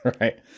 Right